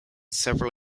several